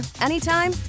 anytime